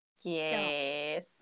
yes